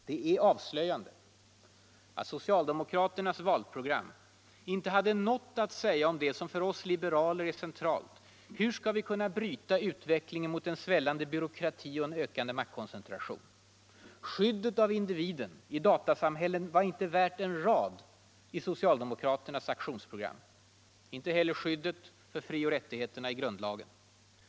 Det är avslöjande att socialdemokraternas valprogram inte hade något att säga om det som för oss liberaler är centralt: Hur skall vi kunna bryta utvecklingen mot svällande byråkrati och ökande maktkoncentration? Skyddet av individen i datasamhället var inte värt en rad i socialdemokraternas aktionsprogram; inte heller skyddet för frioch rättigheterna i grundlagen.